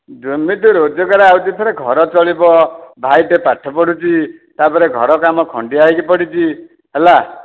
ଯେମିତି ରୋଜଗାର ଆଉଛି ଥରେ ଘର ଚଳିବ ଭାଇଟେ ପାଠ ପଢୁଛି ତା'ପରେ ଘର କାମ ଖଣ୍ଡିଆ ହେଇକି ପଡ଼ିଛି ହେଲା